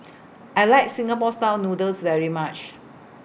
I like Singapore Style Noodles very much